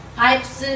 pipes